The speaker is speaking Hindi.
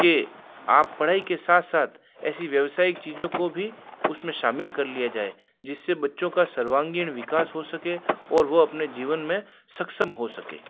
के आप पढ़ाई के साथ साथ ऐसी व्यावसायिक चीज़ों को भी उसमें शामिल कर लिया जाए जिससे बच्चों का सर्वांगीण विकास हो सके और वह अपने जीवन में सक्षम हो सके